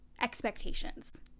expectations